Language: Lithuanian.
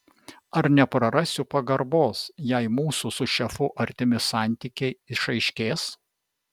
ar neprarasiu pagarbos jei mūsų su šefu artimi santykiai išaiškės